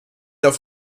auf